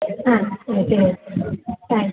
ஆ okay ma'am ஆ thanks